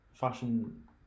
Fashion